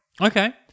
Okay